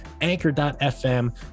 anchor.fm